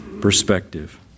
perspective